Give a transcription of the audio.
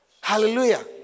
Hallelujah